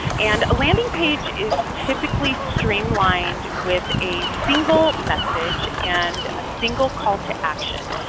and a landing page is typically streamlined with a single message and a single call to action.